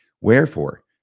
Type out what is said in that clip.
Wherefore